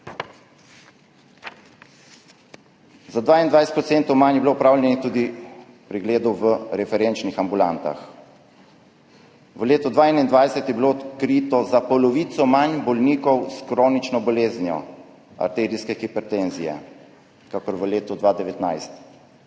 za 22 % manj je bilo opravljenih tudi pregledov v referenčnih ambulantah. V letu 2021 je bilo odkritih za polovico manj bolnikov s kronično boleznijo arterijske hipertenzije kakor v letu 2019,